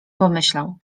pomyślał